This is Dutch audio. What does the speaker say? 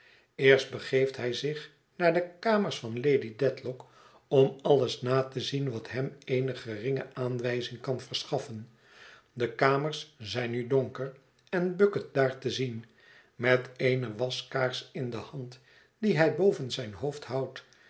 eerst begeeft hij zich naar de kamers van lady dedlock om alles na te zien wat hem eene geringe aanwijzing kan verschaffen de kamers zijn nu donker en bucket daar te zien met eene waskaars in de hand die hij boven zijn hoofd houdt